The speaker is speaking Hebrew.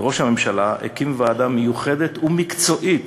וראש הממשלה הקים ועדה מיוחדת ומקצועית,